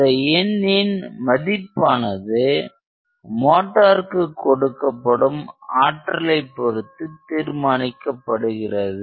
அந்த எண்ணின் மதிப்பானது மோட்டாருக்கு கொடுக்கப்படும் ஆற்றலைப் பொறுத்து தீர்மானிக்கப்படுகிறது